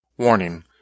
Warning